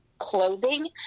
clothing